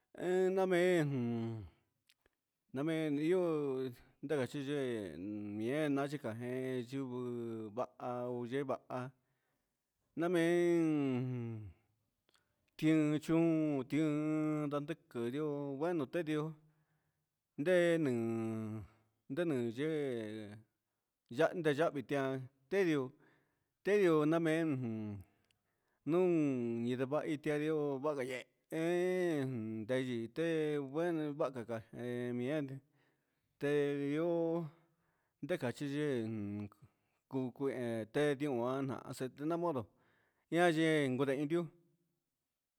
namee jun namee io nde chi ndee yee ñe nia cachi je ñivɨ vaha yɨɨ vaha namee tien chu tine ndandiqui bueno te ndioo ndee ni ndee ni yee ndeyahvi tendiu tendiu namee ujun nuun ñindavahi tendio vagayee tendí vaha ca caa tee ndioo nde cachi yee cuu cuehe tediuu nahan a acete naa modo ian yee gudenndiuu